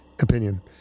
opinion